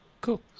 Cool